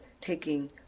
taking